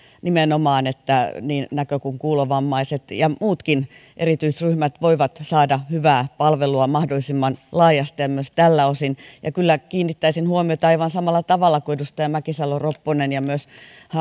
siitä että niin näkö kuin kuulovammaiset ja muutkin erityisryhmät voivat saada hyvää palvelua mahdollisimman laajasti ja myös tältä osin ja kyllä kiinnittäisin huomiota aivan samalla tavalla kuin edustaja mäkisalo ropponen ja myös